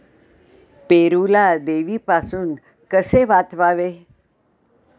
पेरूला देवीपासून कसे वाचवावे?